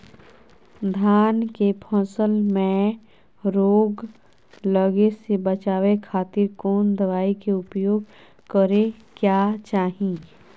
धान के फसल मैं रोग लगे से बचावे खातिर कौन दवाई के उपयोग करें क्या चाहि?